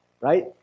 right